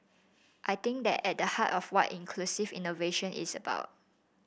I think that's at the heart of what inclusive innovation is about